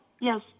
yes